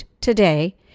today